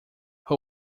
who